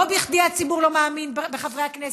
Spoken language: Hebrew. לא בכדי הציבור לא מאמין בחברי הכנסת,